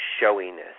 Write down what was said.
showiness